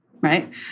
right